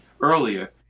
earlier